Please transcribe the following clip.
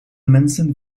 mensen